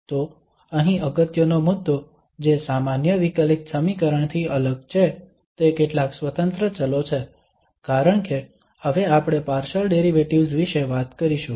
તો અહીં અગત્યનો મુદ્દો જે સામાન્ય વિકલિત સમીકરણ થી અલગ છે તે કેટલાક સ્વતંત્ર ચલો છે કારણ કે હવે આપણે પાર્શલ ડેરિવેટિવ્ઝ વિશે વાત કરીશું